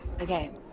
okay